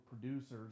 producers